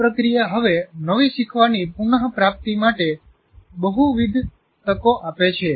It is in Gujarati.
આ પ્રક્રિયા હવે નવી શીખવાની પુન પ્રાપ્તિ માટે બહુવિધ તકો આપે છે